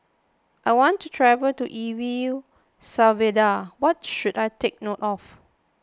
I want to travel to E V U Salvador what should I take note of